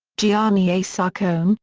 gianni a. sarcone,